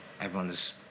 everyone's